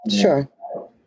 sure